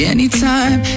Anytime